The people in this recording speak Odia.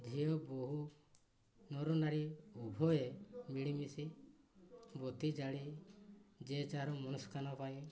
ଝିଅ ବୋହୁ ନରନାରୀ ଉଭୟ ମିଳିମିଶି ବତି ଜାଳି ଯିଏ ଯାହାର ମନସ୍କାମନା ପାଇ